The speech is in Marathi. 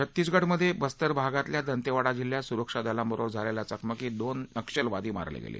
छत्तीसगडमधे बस्तर भागातल्या दंतेवाडा जिल्ह्यात सुरक्षा दलांबरोबर झालेल्या चकमकीत दोन नक्षलवादी मारले गेले